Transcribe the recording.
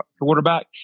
quarterback